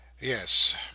Yes